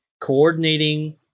coordinating